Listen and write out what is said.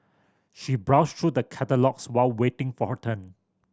she browsed through the catalogues while waiting for her turn